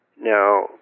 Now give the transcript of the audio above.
Now